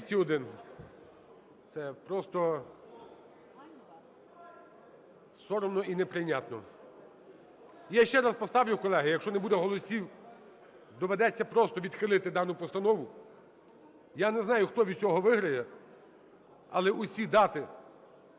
За-201 Це просто соромно і неприйнятно. Я ще раз поставлю, колеги. Якщо не буде голосів, доведеться просто відхилити дану постанову. Я не знаю, хто від цього виграє. Але усі дати,